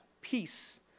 peace